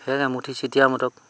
সেই এমুঠি ছিটিয়াও সিহঁতক